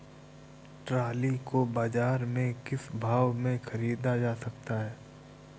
Trolley को बाजार से किस भाव में ख़रीदा जा सकता है?